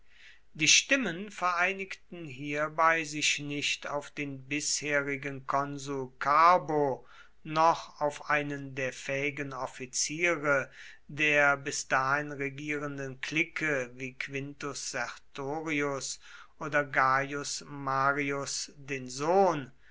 die stimmen vereinigten hierbei sich nicht auf den bisherigen konsul carbo noch auf einen der fähigen offiziere der bis dahin regierenden clique wie quintus sertorius oder gaius marius den sohn